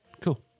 Cool